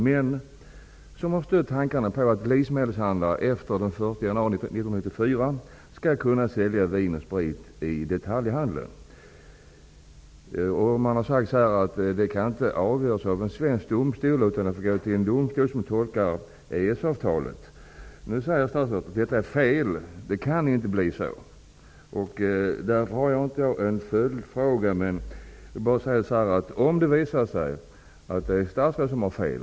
De har stött tankarna på att livsmedelshandlare efter den 1 januari 1994 skall kunna sälja vin och sprit i detaljhandeln. Det har sagts att detta inte kan avgöras i en svensk domstol utan måste gå till en domstol som tolkar EES-avtalet. Statsrådet säger nu att detta är fel och att det inte kan bli så. Därför har jag ingen följdfråga. Jag ber att få komma tillbaka om det visar sig att statsrådet har fel.